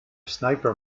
sniper